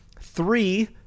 Three